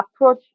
approach